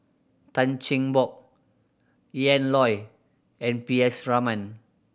Tan Cheng Bock Ian Loy and P S Raman